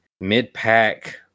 mid-pack